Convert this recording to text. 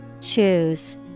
Choose